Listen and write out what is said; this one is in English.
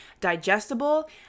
digestible